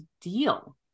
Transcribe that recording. deal